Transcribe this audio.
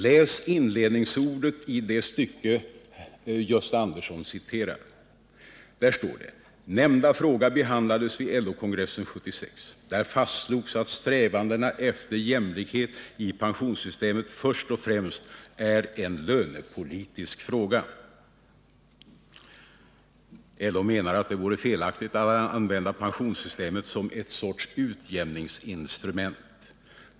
Läs inledningsorden i det stycke som Gösta Andersson citerade: ”Nämnda fråga behandlades vid LO-kongressen 1976. Där fastslogs att strävandena efter jämlikhet i pensionssystemet först och främst är en lönepolitisk fråga.” LO menar att det vore felaktigt att använda pensionssystemet som en sorts utjämningsinstrument.